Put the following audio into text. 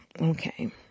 Okay